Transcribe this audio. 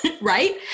right